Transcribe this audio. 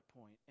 point